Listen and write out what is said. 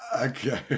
Okay